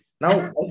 Now